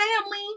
family